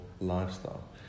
lifestyle